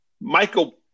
Michael